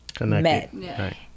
met